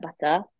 butter